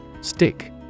Stick